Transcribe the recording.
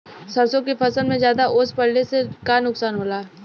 सरसों के फसल मे ज्यादा ओस पड़ले से का नुकसान होला?